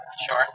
Sure